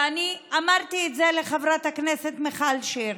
ואני אמרתי את זה לחברת הכנסת מיכל שיר,